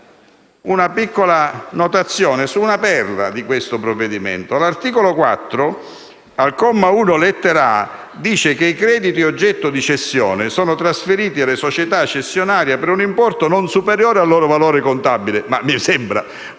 una piccola notazione su una perla di questo provvedimento. L'articolo 4, al comma 1, lettera *a),* dice che «i crediti oggetto di cessione sono trasferiti alla società cessionaria per un importo non superiore al loro valore contabile».